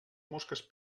mosques